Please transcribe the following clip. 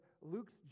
Luke's